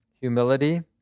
Humility